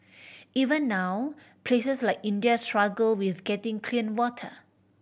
even now places like India struggle with getting clean water